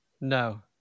No